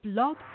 Blog